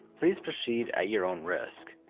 please proceed at your own risk.